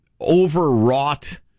overwrought